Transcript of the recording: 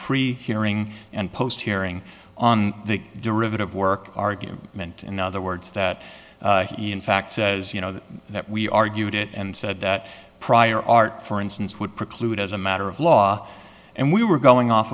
pre hearing and post hearing on the derivative work argument in other words that in fact says you know that we argued it and said that prior art for instance would preclude as a matter of law and we were going off